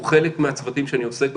הוא חלק מהצוותים שאני עושה,